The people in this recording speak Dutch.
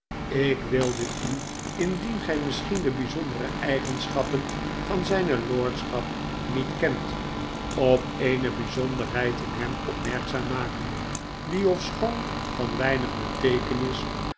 ik wilde u indien gij misschien de bijzondere eigenschappen van zijne lordschap niet kent op eene bijzonderheid in hem opmerkzaam maken die ofschoon van weinig beteekenis